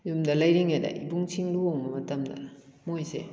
ꯌꯨꯝꯗ ꯂꯩꯔꯤꯉꯩꯗ ꯏꯕꯨꯡꯁꯤꯡ ꯂꯨꯍꯣꯡꯕ ꯃꯇꯝꯗ ꯃꯣꯏꯁꯦ